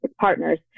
partners